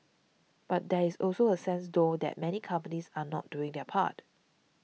but there is also a sense though that many companies are not doing their part